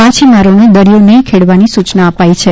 માછીમારોને દરિયો નહીં ખેડવાની સૂચના અપાઈ છે